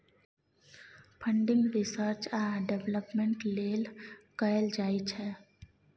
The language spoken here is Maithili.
फंडिंग रिसर्च आ डेवलपमेंट लेल कएल जाइ छै